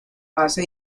hace